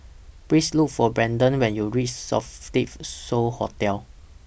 Please Look For Branden when YOU REACH Sofitel So Hotel